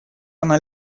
она